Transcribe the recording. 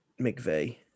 McVeigh